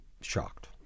shocked